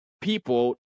people